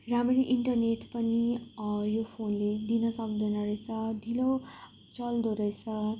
राम्ररी इन्टरनेट पनि यो फोनले दिनसक्दैन रहेछ ढिलो चल्दोरहेछ